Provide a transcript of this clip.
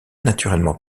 naturellement